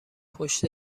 پشت